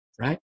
right